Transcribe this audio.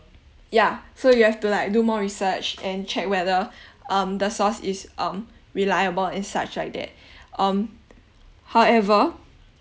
yeah so you have to like do more research and check whether um the source is um reliable and such like that um however